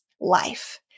life